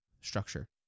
structure